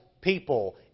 people